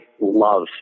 love